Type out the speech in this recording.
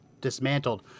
dismantled